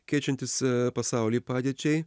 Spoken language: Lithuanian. keičiantis pasauly padėčiai